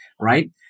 right